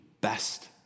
best